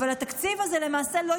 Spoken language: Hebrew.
אבל התקציב הזה לא יורד,